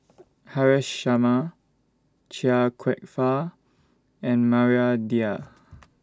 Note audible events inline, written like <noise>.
Haresh Sharma Chia Kwek Fah and Maria Dyer <noise>